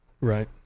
right